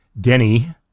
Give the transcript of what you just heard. Denny